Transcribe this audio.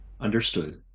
Understood